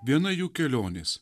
viena jų kelionės